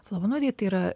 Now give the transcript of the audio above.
flavonoidai tai yra